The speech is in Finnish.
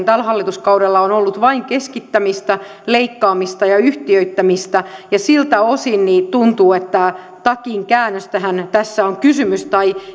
tällä hallituskaudella on ollut vain keskittämistä leikkaamista ja yhtiöittämistä ja siltä osin tuntuu että takinkäännöstähän tässä on kysymys tai